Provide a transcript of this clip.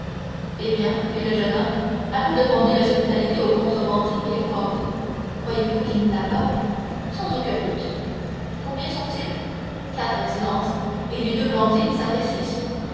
eh bien fit le jeune homme allons demander l'hospitalité aux contrebandiers et aux bandits croyez-vous qu'ils nous l'accordent sans aucun doute combien sont-ils quatre excellence et les deux bandits ça fait